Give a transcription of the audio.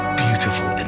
beautiful